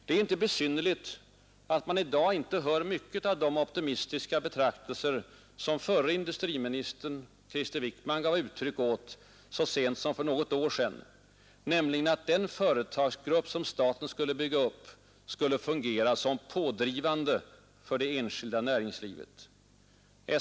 Det är inte besynnerligt att man i dag inte hör mycket av de optimistiska betraktelser som förre industriministern Krister Wickman gav uttryck åt så sent som för ett par år sedan, nämligen att den företagsgrupp som staten skulle bygga upp skulle fungera som ”pådrivande för det enskilda näringslivet”.